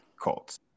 colts